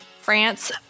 France